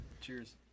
Cheers